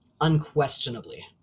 Unquestionably